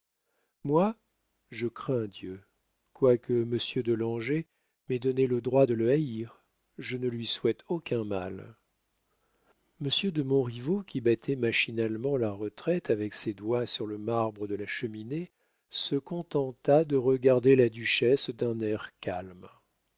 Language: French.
moi je crains dieu quoique monsieur de langeais m'ait donné le droit de le haïr je ne lui souhaite aucun mal monsieur de montriveau qui battait machinalement la retraite avec ses doigts sur le marbre de la cheminée se contenta de regarder la duchesse d'un air calme